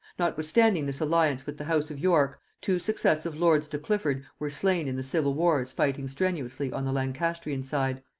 notwithstanding this alliance with the house of york, two successive lords de clifford were slain in the civil wars fighting strenuously on the lancastrian side.